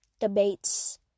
debates